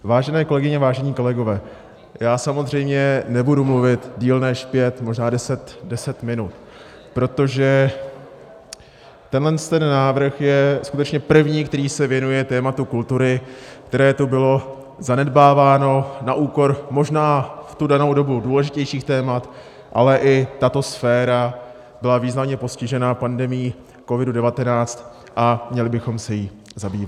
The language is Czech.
Vážené kolegyně, vážení kolegové, já samozřejmě nebudu mluvit déle než pět, možná deset minut, protože tenhle návrh je skutečně první, který se věnuje tématu kultury, které tu bylo zanedbáváno na úkor možná v tu danou dobu důležitějších témat, ale i tato sféra byla významně postižena pandemií Covidu19 a měli bychom se jí zabývat.